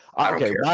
Okay